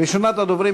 ראשונת הדוברים,